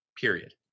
period